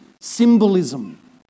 symbolism